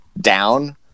down